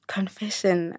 Confession